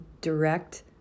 direct